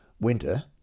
winter